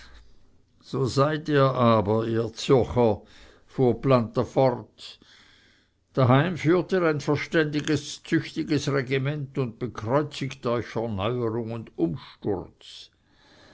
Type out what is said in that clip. so seid ihr aber ihr zürcher fahr planta fort daheim führt ihr ein verständiges züchtiges regiment und bekreuzt euch vor neuerung und umsturz